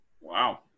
Wow